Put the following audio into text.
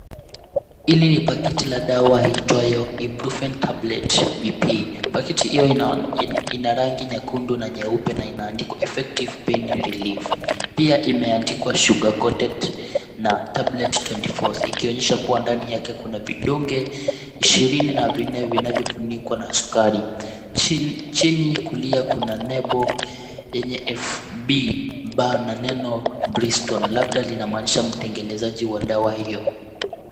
Hili paketi a dawa iitwayo Ibuprofen Tablet BP . Paketi hio ina rangi nyekundu na nyeupe na inaandikwa effective pain relief , pia imeandikwa sugar coated na tablet 24 , ikionyesha kubwa ndani yake kuna vidonge ishirini na vinne vinavyofunikwa na sukari. Chini kulia kuna nembo yenye FB Ba na neno Bristol linamaanisha mtengenezaji wa dawa hiyo.